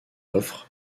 offre